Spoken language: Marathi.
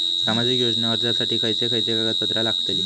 सामाजिक योजना अर्जासाठी खयचे खयचे कागदपत्रा लागतली?